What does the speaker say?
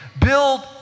Build